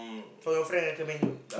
from your friend recommend you